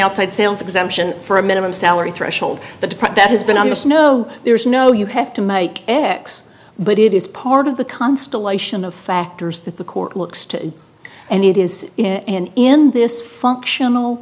outside sales exemption for a minimum salary threshold but that has been i just know there's no you have to make x but it is part of the constellation of factors that the court looks to and it is in this functional